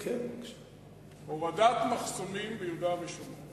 הורדת מחסומים ביהודה ושומרון